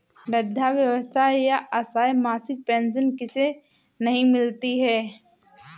वृद्धावस्था या असहाय मासिक पेंशन किसे नहीं मिलती है?